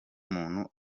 muntu